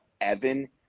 Evan